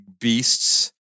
beasts